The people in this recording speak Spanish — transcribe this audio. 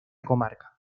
comarca